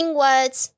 words